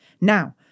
Now